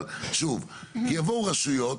אבל שוב, יבואו רשויות,